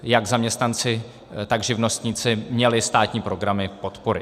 Jak zaměstnanci, tak živnostníci měli státní programy podpory.